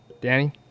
Danny